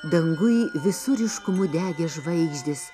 danguj visu ryškumu degė žvaigždės